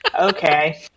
Okay